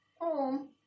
home